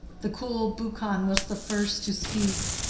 the cool buchan was the first to speak,